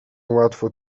łatwo